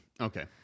Okay